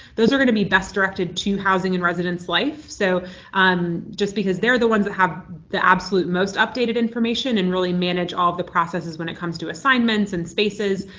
those are going to be best directed to housing and residence life so um just because they're the ones that have the absolute most updated information and really manage all of the processes when it comes to assignments and spaces.